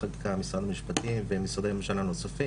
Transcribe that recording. וחקיקה במשרד המשפטים ומשרדי ממשלה נוספים.